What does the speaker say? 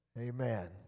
Amen